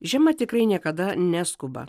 žiema tikrai niekada neskuba